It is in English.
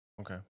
Okay